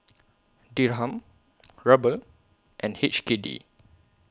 Dirham Ruble and H K D